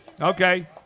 Okay